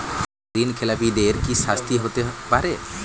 ঋণ খেলাপিদের কি শাস্তি হতে পারে?